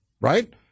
right